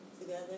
together